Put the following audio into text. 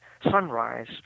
Sunrise